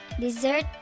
dessert